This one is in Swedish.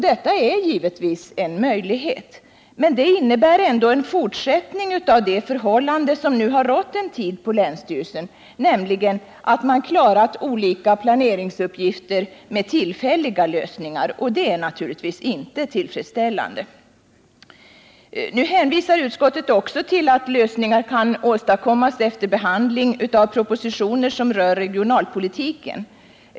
Det är givetvis en möjlighet. Men det innebär ändå en fortsättning av det förhållande som nu rått en tid på länsstyrelsen, nämligen att man klarat olika planeringsuppgifter med tillfälliga lösningar. Det är naturligtvis inte tillfredsställande. Utskottet hänvisar vidare till att man kan finna lösningar på problemet efter behandlingen av de propositioner som rör regionalpolitiken.